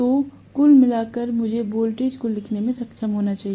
तो कुल मिलाकर मुझे वोल्टेज को लिखने में सक्षम होना चाहिए